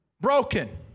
broken